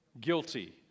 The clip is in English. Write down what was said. guilty